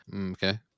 Okay